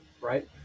right